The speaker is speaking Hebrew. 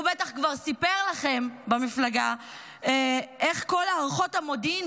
הוא בטח כבר סיפר לכם במפלגה איך כל הערכות המודיעין,